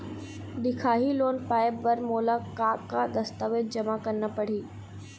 दिखाही लोन पाए बर मोला का का दस्तावेज जमा करना पड़ही?